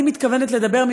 אני מתכוונת לדבר,